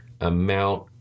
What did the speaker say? amount